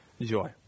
joy